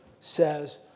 says